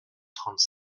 trente